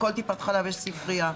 בכל טיפת חלב יש ספריה.